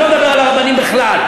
אני לא מדבר על הרבנים בכלל,